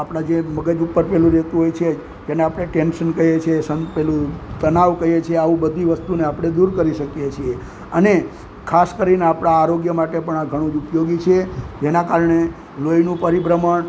આપણા જે મગજ ઉપર પેલું રહેતું હોય છે તેને આપણે ટેંશન કહીએ છીએ પેલું તણાવ કહીએ છીએ આવી બધી વસ્તુને આપણે દૂર કરી શકીએ છીએ અને ખાસ કરીને આપણા આરોગ્ય માટે પણ આ ઘણું જ ઉપયોગી છે જેના કારણે લોહીનું પરિભ્રમણ